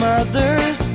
Mother's